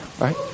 Right